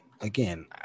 again